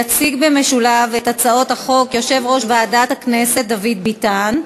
יציג במשולב את הצעות החוק יושב-ראש ועדת הכנסת דוד ביטן.